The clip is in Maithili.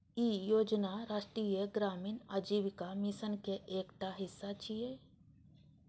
ई योजना राष्ट्रीय ग्रामीण आजीविका मिशन के एकटा हिस्सा छियै